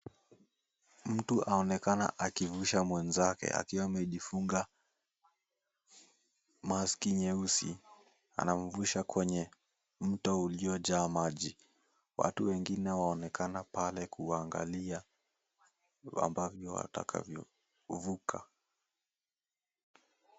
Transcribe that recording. Mtu aonekana akivusha mwenzake akiwa amejifunga maski nyeusi. Anamvusha kwenye mto uliojaa maji. Watu wengine waonekana pale kuangalia ambavyo watakavyovuka.